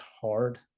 hard